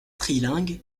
trilingue